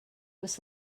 was